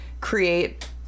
create